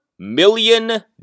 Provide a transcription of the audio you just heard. Million